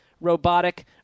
robotic